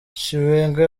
chiwenga